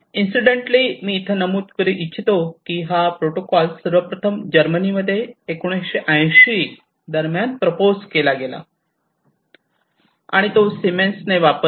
incidentally मी येथे हे नमूद करू इच्छितो की हा प्रोटोकॉल सर्वप्रथम जर्मनीमध्ये 1980 दरम्यान प्रपोज केला गेला आणि तो सिमेंस ने वापरला